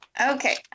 Okay